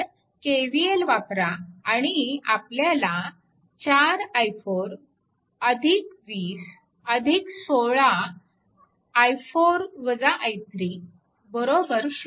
तर KVL वापरा आणि आपल्याला 4 i4 20 160 मिळते